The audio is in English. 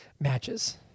Matches